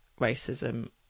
racism